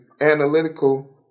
analytical